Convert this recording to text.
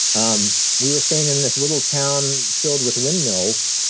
um we were staying in this little town filled with windmills,